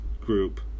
group